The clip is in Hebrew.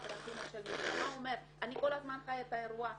דרכים שאומר "אני כל הזמן חי את האירוע,